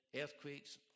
earthquakes